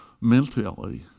mentally